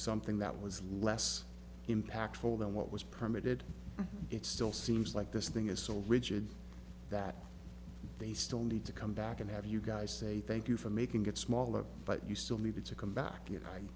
something that was less impactful than what was permitted it still seems like this thing is so rigid that they still need to come back and have you guys say thank you for making it smaller but you still believe it's a comeback i